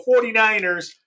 49ers